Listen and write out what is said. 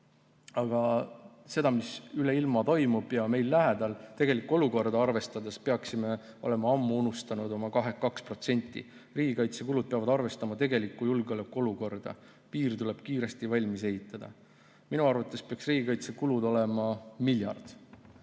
seda, mis toimub üle ilma ja meie lähedal, kogu tegelikku olukorda arvestades peaksime olema ammu unustanud oma 2%, riigikaitsekulud peavad arvestama tegelikku julgeolekuolukorda. Piir tuleb kiiresti valmis ehitada. Minu arvates peaks riigikaitsekulud olema miljard.